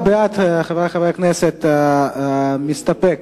חברי חברי הכנסת, מי שמצביע בעד מסתפק